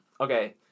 Okay